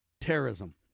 terrorism